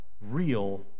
real